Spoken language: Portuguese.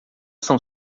são